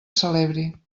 celebri